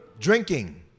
Drinking